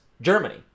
Germany